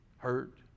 Hurt